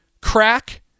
crack